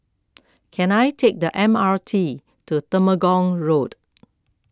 can I take the M R T to Temenggong Road